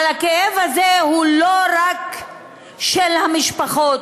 אבל הכאב הזה הוא לא רק של המשפחות,